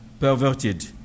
perverted